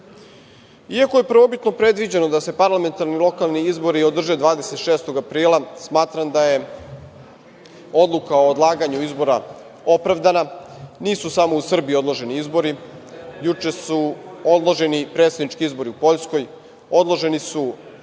je prvobitno predviđeno da se parlamentarni lokalni izbori održe 26. aprila, smatram da je odluka o odlaganju izbora opravdana. Nisu samo u Srbiji odloženi izbori, juče su odloženi i predsednički izbori u Poljskoj, odloženi su